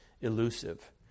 elusive